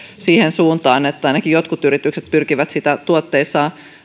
siihen suuntaan että ainakin jotkut yritykset pyrkivät sitä tuotteissaan